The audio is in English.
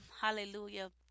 Hallelujah